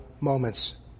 moments